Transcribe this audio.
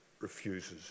refuses